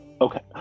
Okay